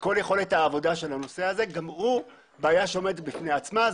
וכל יכולת העבודה של הנושא הזה גם היא בעיה בפני עצמה.